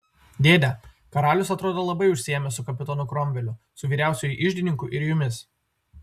dėde karalius atrodo labai užsiėmęs su kapitonu kromveliu su vyriausiuoju iždininku ir jumis